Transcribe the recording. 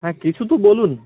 হ্যাঁ কিছু তো বলুন